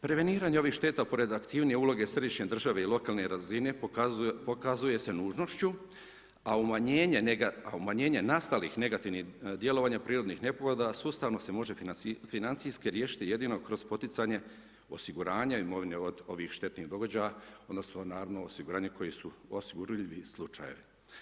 Prevenirane ovih šteta pored aktivnijih uloga središnje države i lokalne razine, pokazuje se nužnošću, a umanjenje nastalih negativnih djelovanja prirodnih nepogoda, sustavno se može financijski riješiti jedino kroz poticanje osiguranje imovine od ovih štetnih događaja, odnosno, naravno, osiguranje koje su osigurani slučajevi.